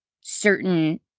certain